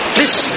Please